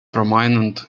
prominent